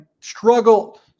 struggle